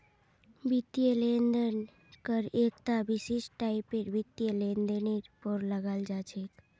वित्तीय लेन देन कर एकता विशिष्ट टाइपेर वित्तीय लेनदेनेर पर लगाल जा छेक